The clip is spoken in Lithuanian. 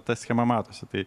ta schema matosi tai